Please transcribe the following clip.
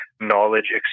knowledge